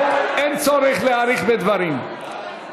אין מתנגדים ואין נמנעים.